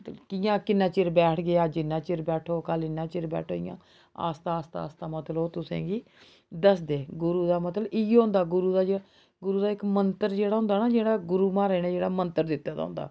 ते कि'यां किन्ना चिर बैठगे अज्ज इन्ना चिर बैठो कल्ल इन्ना चिर बैठो इ'यां आस्तै आस्तै आस्तै मतलब तुसें ई दसदे गुरु दा मतलब इ'यै होंदा गुरु दा जे गुरु दा इक मैंत्तर जेह्ड़ा होंदा ना जेह्ड़ा गुरु मा'राज ने जेह्ड़ा मैंत्तर जेह्ड़ा दित्ते दा होंदा